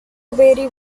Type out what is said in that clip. very